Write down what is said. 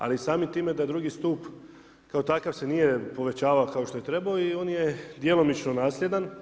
Ali samim time da drugi stup kao takav se nije povećavao kao što je trebao i on je djelomično nasljedan.